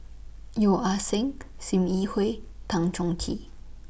Yeo Ah Seng SIM Yi Hui Tan Chong Tee